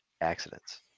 accidents